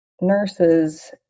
nurses